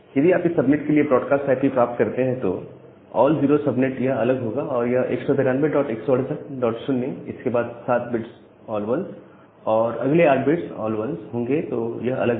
यदि आप इस सबनेट के लिए ब्रॉडकास्ट आईपी प्राप्त करते हैं तो ऑल 0 सबनेट यह अलग होगा और यह 1921680 इसके बाद 7 बिट्स ऑल 1s और फिर अगले 8 बिट्स ऑल 1s होंगे तो यह अलग है